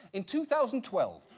in two thousand twelve,